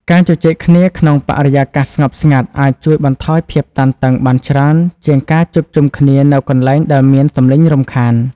ការជជែកគ្នាក្នុងបរិយាកាសស្ងប់ស្ងាត់អាចជួយបន្ថយភាពតានតឹងបានច្រើនជាងការជួបជុំគ្នានៅកន្លែងដែលមានសម្លេងរំខាន។